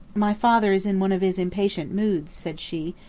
my father is in one of his impatient moods said she,